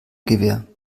gewähr